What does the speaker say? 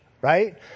right